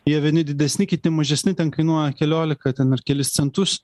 jie vieni didesni kiti mažesni ten kainuoja keliolika ten ar kelis centus